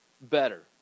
better